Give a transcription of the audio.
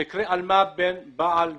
המקרה היה בין בעל ואשתו.